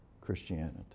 Christianity